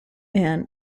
man